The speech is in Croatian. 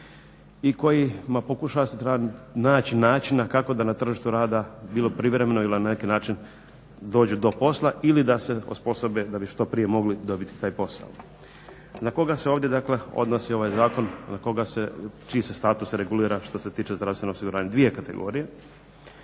i kojima pokušava naći načina kako da na tržištu rada, bilo privremeno ili na neki način dođu do posla ili da se osposobe da bi što prije mogli dobiti taj posao. Na koga se ovdje dakle, odnosi ovaj zakon, čiji se status regulira što se tiče zdravstvenog osiguranja. Dvije kategorije,